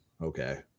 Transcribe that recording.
okay